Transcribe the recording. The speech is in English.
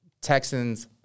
Texans